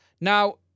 Now